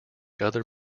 other